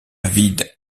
vide